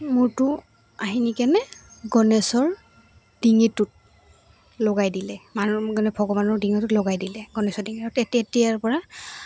মূৰটো আহি কেনে গণেশৰ ডিঙিটোত লগাই দিলে মানুহৰ মানে ভগৱানৰ ডিঙটো লগাই দিলে গণেশৰ ডিঙিত আৰু তেতিয়াৰপৰা